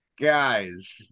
Guys